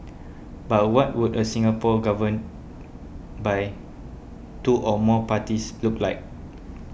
but what would a Singapore governed by two or more parties look like